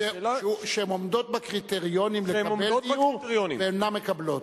שהן עומדות בקריטריונים לקבל דיור ואינן מקבלות.